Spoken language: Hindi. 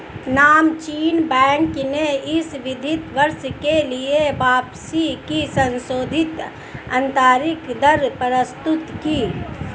नामचीन बैंक ने इस वित्त वर्ष के लिए वापसी की संशोधित आंतरिक दर प्रस्तुत की